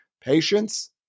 patience